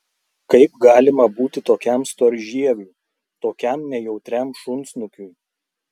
kaip galima būti tokiam storžieviui tokiam nejautriam šunsnukiui